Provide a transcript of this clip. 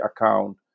account